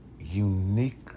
unique